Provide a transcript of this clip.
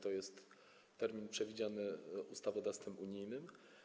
To jest termin przewidziany ustawodawstwem unijnym.